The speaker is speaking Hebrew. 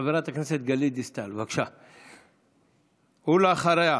חברת הכנסת גלית דיסטל, בבקשה, ואחריה,